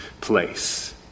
place